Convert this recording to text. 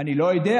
אני לא יודע,